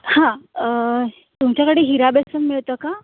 हां तुमच्याकडे हिरा बेसन मिळतं का